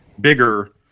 bigger